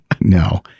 no